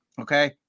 okay